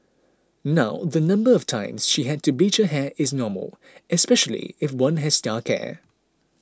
now the number of times she had to bleach her hair is normal especially if one has dark hair